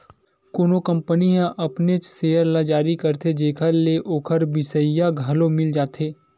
कोनो कंपनी ह अपनेच सेयर ल जारी करथे जेखर ले ओखर बिसइया घलो मिल जाथे